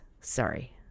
sorry